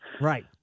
Right